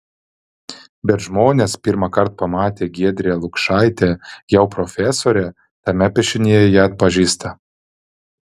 bet žmonės pirmąkart pamatę giedrę lukšaitę jau profesorę tame piešinyje ją atpažįsta